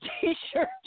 t-shirt